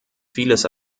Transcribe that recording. vieles